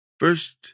First